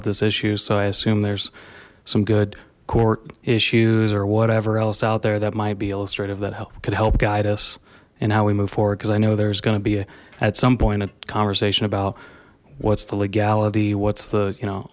with this issue so i assume there's some good court issues or whatever else out there that might be illustrative that help could help guide us and how we move forward cuz i know there's going to be at some point a conversation about what's the legality what's the you know